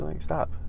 Stop